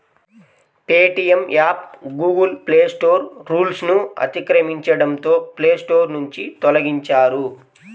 Paytm app Google Play Store రూల్స్ను అతిక్రమించడంతో Play Store నుంచి తొలగించారు